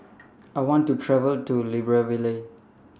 I want to travel to Libreville